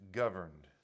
governed